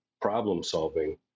problem-solving